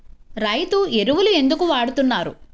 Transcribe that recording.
రైతు ఎరువులు ఎందుకు వాడుతున్నారు?